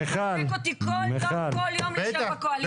זה מחזק אותי כל יום לשבת בקואליציה.